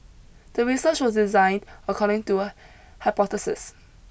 the research was designed according to hypothesis